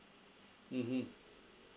mmhmm